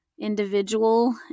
individual